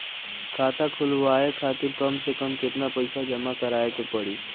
खाता खुलवाये खातिर कम से कम केतना पईसा जमा काराये के पड़ी?